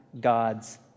God's